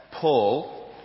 Paul